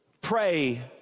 pray